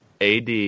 ad